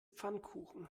pfannkuchen